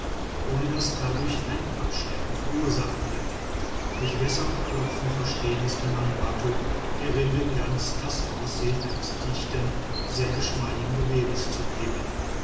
ohne daß dadurch ein absterben verursacht wird durch wässern und klopfen verstehen es die mangbattu der rinde ganz das aussehen eines dichten sehr geschmeidigen gewebes zu geben